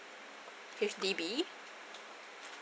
H_D_B